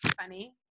funny